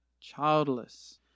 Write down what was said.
childless